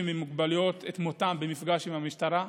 עם מוגבלויות את מותם במפגש עם המשטרה.